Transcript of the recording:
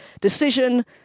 decision